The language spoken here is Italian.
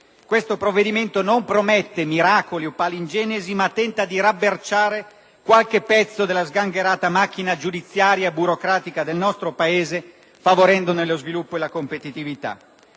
Questo provvedimento non promette miracoli o palingenesi, ma tenta di rabberciare qualche pezzo della sgangherata macchina giudiziaria e burocratica del nostro Paese, favorendone lo sviluppo e la competitività.